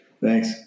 Thanks